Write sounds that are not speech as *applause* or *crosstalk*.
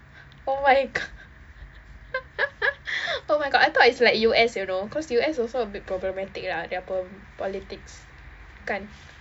oh my go~ *laughs* oh my god I thought it's like U_S you know cause U_S also a bit problematic lah their po~ politics kan